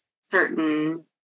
certain